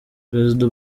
prezida